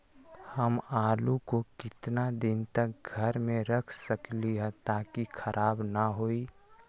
हम आलु को कितना दिन तक घर मे रख सकली ह ताकि खराब न होई?